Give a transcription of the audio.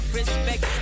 respect